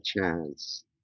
chance